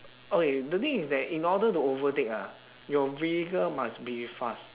okay the thing is that in order to overtake ah your vehicle must be fast